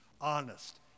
honest